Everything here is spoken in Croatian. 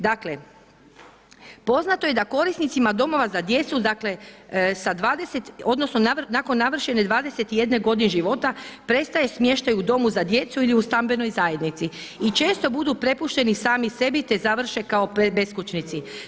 Dakle, poznato je da korisnicima domova za djecu dakle, sa 20 odnosno nakon navršene 21 godine života prestaje smještaj u domu za djecu ili u stambenoj zajednici i često budu prepušteni sami sebi te završe kao beskućnici.